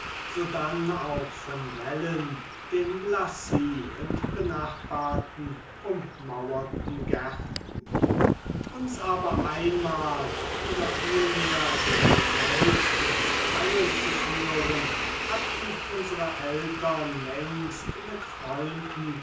sodann auch von wällen dem glacis und benachbarten ummauerten gärten uns aber einmal oder vielmehr sich selbst ins freie zu führen hatten unsere eltern längst mit freunden